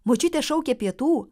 močiutė šaukia pietų